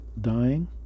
dying